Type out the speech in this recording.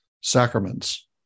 sacraments